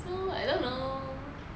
so I don't know